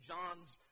John's